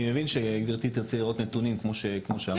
אני מבין שגברתי תרצה לראות נתונים, כמו שאמרת.